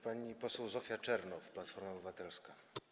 Pani poseł Zofia Czernow, Platforma Obywatelska.